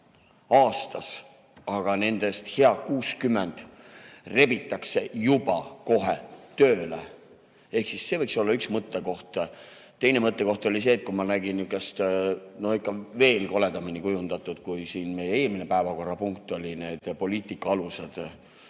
aastas, aga nendest hea 60 rebitakse juba kohe tööle. See võiks olla üks mõttekoht. Teine mõttekoht tekkis siis, et kui ma nägin niukest ikka veel koledamini kujundatud asja kui meie eelmine päevakorrapunkt, need poliitika alused.